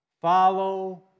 Follow